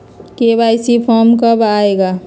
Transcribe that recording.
KYC form कब आए गा?